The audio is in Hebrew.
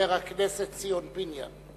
חבר הכנסת ציון פיניאן.